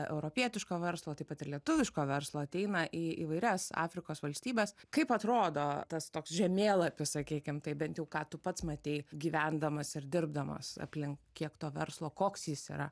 europietiško verslo taip pat ir lietuviško verslo ateina į įvairias afrikos valstybes kaip atrodo tas toks žemėlapis sakykim tai bent ką tu pats matei gyvendamas ir dirbdamas aplink kiek to verslo koks jis yra